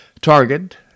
Target